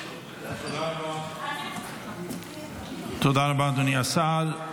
תודה רבה, אדוני השר.